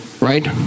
right